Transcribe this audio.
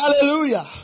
Hallelujah